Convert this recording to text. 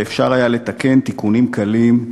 ואפשר היה לתקן תיקונים קלים,